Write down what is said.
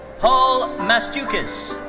paul moustoukas.